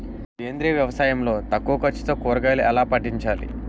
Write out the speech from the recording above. సేంద్రీయ వ్యవసాయం లో తక్కువ ఖర్చుతో కూరగాయలు ఎలా పండించాలి?